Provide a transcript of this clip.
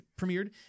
premiered